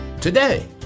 Today